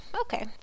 Okay